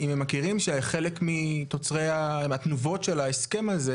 אם הם מכירים שחלק מתוצרי התנובות של ההסכם הזה,